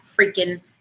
freaking